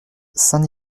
saint